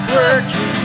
working